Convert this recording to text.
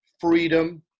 freedom